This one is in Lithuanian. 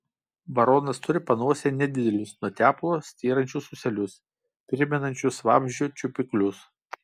baronas turi panosėje nedidelius nuo tepalo styrančius ūselius primenančius vabzdžio čiupiklius